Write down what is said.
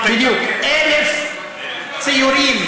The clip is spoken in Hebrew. אלף שמלות